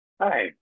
Hi